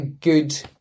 good